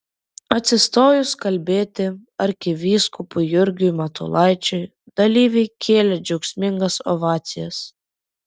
atsistojus kalbėti arkivyskupui jurgiui matulaičiui dalyviai kėlė džiaugsmingas ovacijas